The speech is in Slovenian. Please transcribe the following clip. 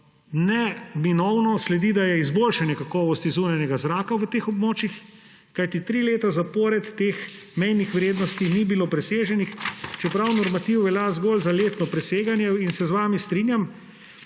neminovno sledi, da je izboljšanje kakovosti zunanjega zraka v teh območjih, kajti tri leta zapored te mejne vrednosti niso bile presežene, čeprav normativ velja zgolj za letno preseganje. In se z vami strinjam,